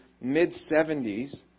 mid-70s